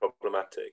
problematic